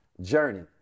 journey